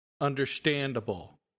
understandable